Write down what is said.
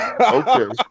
Okay